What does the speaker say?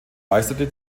leistete